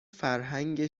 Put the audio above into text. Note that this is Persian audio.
فرهنگ